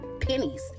pennies